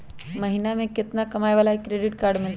महीना में केतना कमाय वाला के क्रेडिट कार्ड मिलतै?